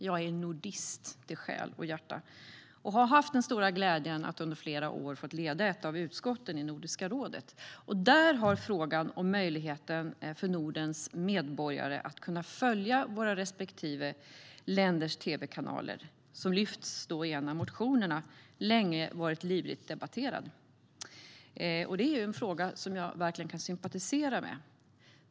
Jag är nordist i själ och hjärta och har haft den stora glädjen att under flera år ha fått leda ett av utskotten i Nordiska rådet. Där har frågan om möjligheten för Nordens medborgare att följa våra respektive länders tv-kanaler, som lyfts fram i en av motionerna, länge varit livligt debatterad, och det är en fråga som jag verkligen kan sympatisera med.